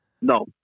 No